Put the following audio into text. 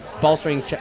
bolstering